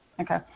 Okay